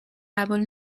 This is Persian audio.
قبول